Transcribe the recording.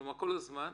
נשיאת